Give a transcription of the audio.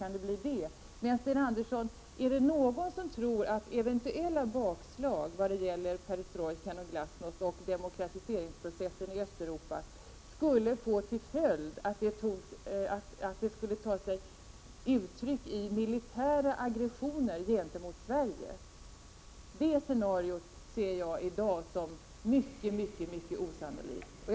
Men, Sten Andersson, är det någon som tror att ett bakslag när det gäller perestrojkan och glasnost och demokratiseringsprocessen i Östeuropa skulle ta sig uttryck i militära aggressioner gentemot Sverige? Det scenariot är i dag mycket osannolikt.